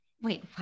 wait